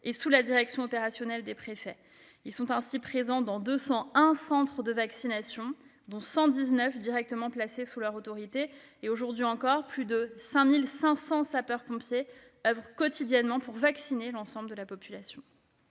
et sous la direction opérationnelle des préfets. Ils sont ainsi présents dans 201 centres de vaccination, dont 119 directement placés sous leur autorité. Aujourd'hui encore, plus de 5 500 sapeurs-pompiers oeuvrent quotidiennement pour vacciner l'ensemble de la population.